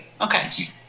Okay